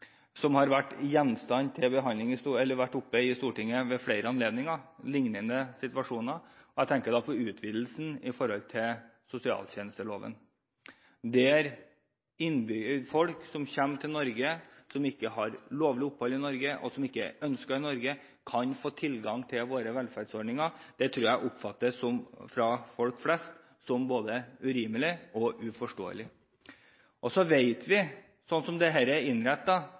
situasjoner har vært oppe i Stortinget ved flere anledninger. Jeg tenker på utvidelsen av sosialtjenesteloven, der folk som kommer til Norge, som ikke har lovlig opphold i Norge, og som ikke er ønsket i Norge, kan få tilgang til våre velferdsordninger. Det tror jeg folk flest oppfatter som både urimelig og uforståelig. Så vet vi, slik som dette er innrettet, at det er